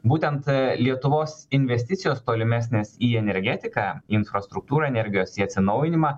būtent lietuvos investicijos tolimesnės į energetiką infrastruktūrą energijos į atsinaujinimą